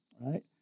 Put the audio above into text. right